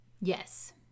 Yes